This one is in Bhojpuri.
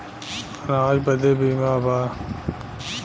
अनाज बदे बीमा बा